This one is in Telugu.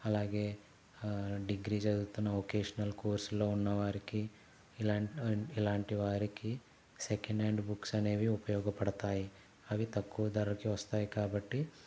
అలాగే డిగ్రీ చదువుతున్న వొకేషనల్ కోర్స్లో ఉన్న వారికి ఇలాన్ ఇలాంటి వారికి సెకెండ్ హ్యాండ్ బుక్స్ అనేవి ఉపయోగపడతాయి అవి తక్కువ ధరకే వస్తాయి కాబట్టి